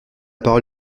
parole